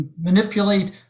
manipulate